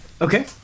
Okay